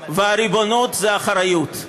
והריבונות זה אחריות.